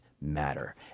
matter